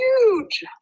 huge